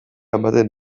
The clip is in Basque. ematen